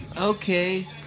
Okay